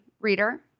reader